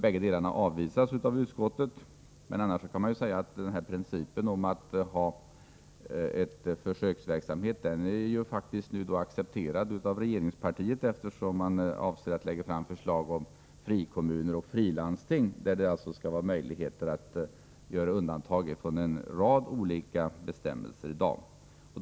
Bägge delarna avvisas av utskottet, men principen om försöksverksamhet är ju annars accepterad av regeringspartiet, eftersom man avser att lägga fram förslag om ”frikommuner” och ”frilandsting” där det skall vara möjligt att göra undantag från en rad bestämmelser som gäller i dag.